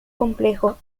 complejo